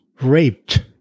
raped